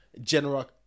general